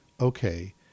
okay